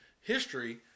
history